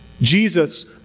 Jesus